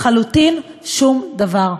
לחלוטין שום דבר.